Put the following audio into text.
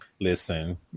Listen